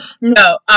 no